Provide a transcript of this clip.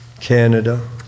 Canada